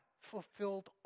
fulfilled